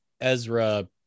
Ezra